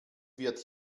wird